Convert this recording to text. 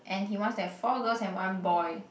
and he wants to have four girls and one boy